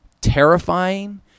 terrifying